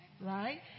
right